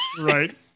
Right